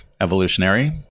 evolutionary